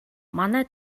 манай